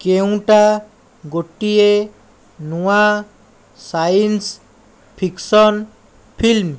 କେଉଁଟା ଗୋଟିଏ ନୂଆ ସାଇନ୍ସ ଫିକସନ୍ ଫିଲ୍ମ